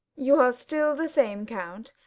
you are still the same, count.